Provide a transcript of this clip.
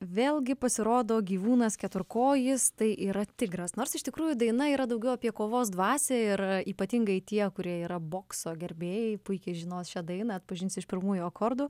vėlgi pasirodo gyvūnas keturkojis tai yra tigras nors iš tikrųjų daina yra daugiau apie kovos dvasią ir ypatingai tie kurie yra bokso gerbėjai puikiai žinos šią dainą atpažins iš pirmųjų akordų